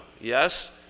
Yes